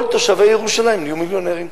כל תושבי ירושלים נהיו מיליונרים.